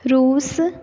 Russia